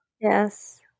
Yes